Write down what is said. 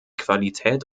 qualität